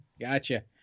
gotcha